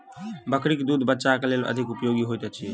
बकरीक दूध बच्चाक लेल अधिक उपयोगी होइत अछि